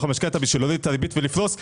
המשכנתה בשביל להוריד את הריבית ולפרוס אותה,